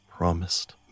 Promised